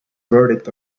verdict